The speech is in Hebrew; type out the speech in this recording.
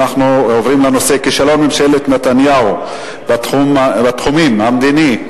אנחנו עוברים לנושא: כישלון ממשלת נתניהו בתחומים המדיני,